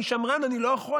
אני שמרן, אני לא יכול.